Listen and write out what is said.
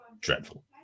dreadful